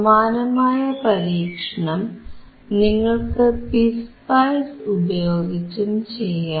സമാനമായ പരീക്ഷണം നിങ്ങൾക്ക് പിസ്പൈസ് ഉപയോഗിച്ചും ചെയ്യാം